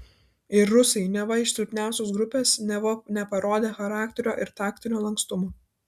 ir rusai neva iš silpniausios grupės neva neparodę charakterio ir taktinio lankstumo